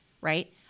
right